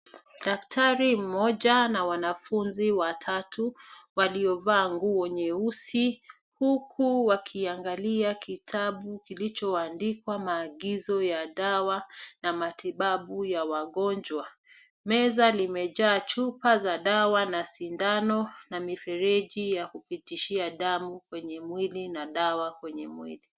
Daktari mmoja na wanafunzi watatu waliovaa nguo nyeusi huku wakiangalia kitabu kilichoandikwa maagizo ya dawa na matibabu ya wagonjwa. Meza limejaa chupa za dawa na sindano na mifereji ya kupitishia damu kwenye mwili na dawa kwenye mwili.